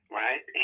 right